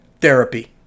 therapy